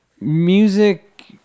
music